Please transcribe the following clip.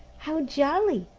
how jolly!